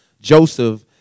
Joseph